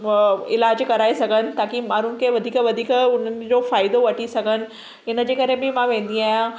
इलाजु कराए सघनि ताकी माण्हुनि खे वधीक वधीक उन्हनि जो फ़ाइदो वठी सघनि इनजे करे बि मां वेंदी आहियां